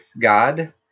God